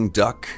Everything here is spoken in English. duck